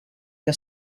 que